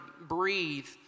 breathe